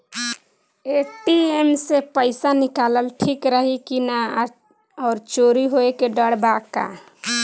ATM से पईसा निकालल ठीक रही की ना और चोरी होये के डर बा का?